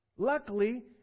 Luckily